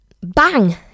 Bang